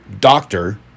doctor